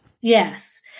Yes